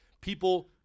people